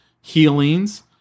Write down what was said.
healings